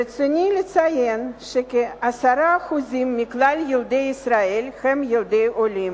ברצוני לציין שכ-10% מכלל ילדי ישראל הם ילדי עולים,